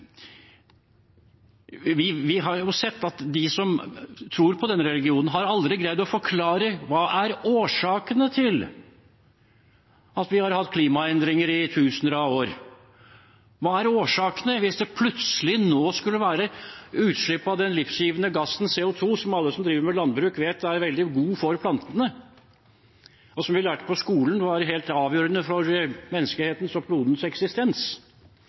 har greid å forklare hva som er årsakene til at vi har hatt klimaendringer i tusener av år – hvis det plutselig nå skulle være utslipp av den livgivende gassen CO 2 , som alle som driver med landbruk, vet er veldig god for plantene, og som vi lærte på skolen var helt avgjørende for menneskehetens og klodens eksistens.